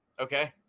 Okay